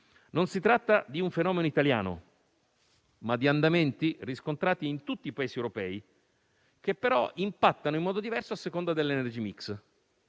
Non si tratta di un fenomeno italiano, ma di andamenti riscontrati in tutti i Paesi europei, che però impattano in modo diverso a seconda dell'*energy mix.*